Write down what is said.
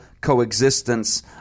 coexistence